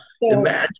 Imagine